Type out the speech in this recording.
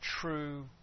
true